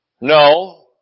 No